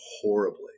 horribly